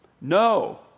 no